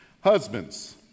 Husbands